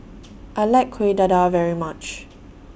I like Kueh Dadar very much